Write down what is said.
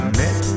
met